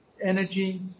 energy